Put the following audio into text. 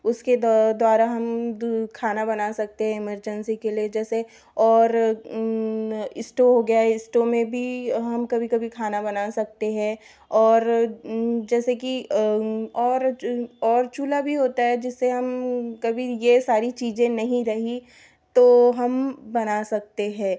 उसके द्वारा हम खाना बना सकते हैं एमरजेंसी के लिए जैसे और इस्टोव हो गया स्टोव में भी हम कभी कभी खाना बना सकते हैं और जैसे कि और और चूल्हा भी होता है जिससे हम कभी यह सारी चीज़ें नहीं रही तो हम बना सकते हैं